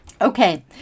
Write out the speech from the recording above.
Okay